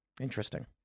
Interesting